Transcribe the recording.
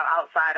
outside